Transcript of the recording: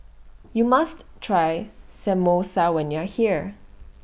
YOU must Try Samosa when YOU Are here